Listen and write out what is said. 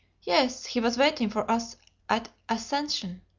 yes he was waiting for us at ascension.